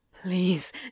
Please